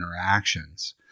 interactions